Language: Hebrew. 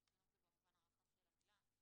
חינוך זה במובן הרחב של המילה.